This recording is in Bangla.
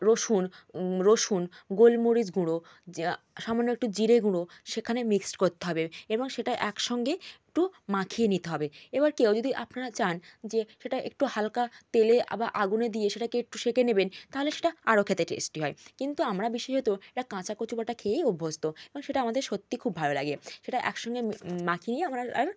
রসুন রসুন গোলমরিচ গুঁড়ো সামান্য একটু জিরে গুঁড়ো সেখানে মিক্সড করতে হবে এবং সেটা একসঙ্গে একটু মাখিয়ে নিতে হবে এবার কেউ যদি আপনারা চান যে সেটা একটু হালকা তেলে আবার আগুনে দিয়ে সেটাকে একটু সেঁকে নেবেন তাহলে সেটা আরও খেতে টেস্টি হয় কিন্তু আমরা বিশেষত এই কাঁচা কচু বাটা খেয়েই অভ্যস্ত এবং সেটা আমাদের সত্যি খুব ভালো লাগে সেটা একসঙ্গে মাখিয়ে নিয়ে আমরা আর